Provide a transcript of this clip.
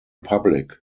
public